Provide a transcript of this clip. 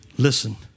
listen